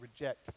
reject